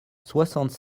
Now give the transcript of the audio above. soixante